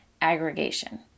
aggregation